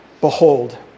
Behold